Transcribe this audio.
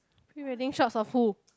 pre wedding shots of who